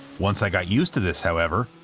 once i got used to this however,